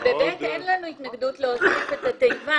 בתקנת משנה (ב) אין לנו התנגדות להוסיף את התיבה: